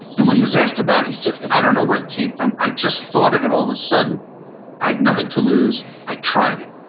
and when he was asked about it, he said, i don't know where it came from, i just thought of it all of a sudden. i had nothing to lose. i tried it.